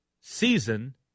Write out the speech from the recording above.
season